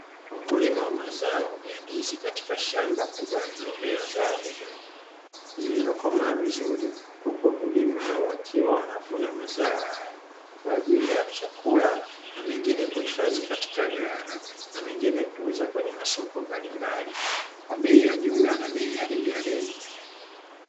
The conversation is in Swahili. Wakulima wa mazao ya ndizi katika shamba lililomea zao hilo, lililokomaa vizuri. Huku wakulima wakiwa wanavuna mazao hayo kwa ajili ya chakula na mengine kuhifadhi katika ghala na mengine kuuza kwenye masoko mbalimbali, kwa bei ya jumla na bei ya rejareja.